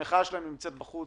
המחאה שלהם נמצאת בחוץ.